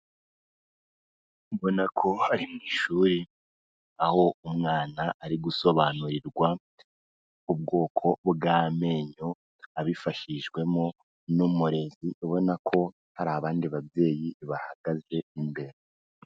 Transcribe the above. Ubona ko ari mu ishuri, aho umwana ari gusobanurirwa ubwoko bw'amenyo abifashijwemo n'umurezi, ubona ko hari abandi babyeyi bahagaze imbere.